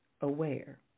aware